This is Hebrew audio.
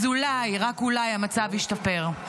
אז אולי, רק אולי, המצב ישתפר.